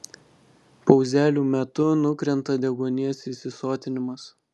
pauzelių metu nukrenta deguonies įsisotinimas